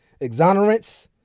Exonerance